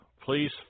Please